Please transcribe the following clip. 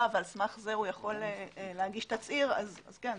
ועל סמך זה הוא יכול להגיש תצהיר אז כן.